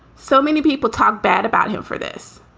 so many people talk bad about him for this.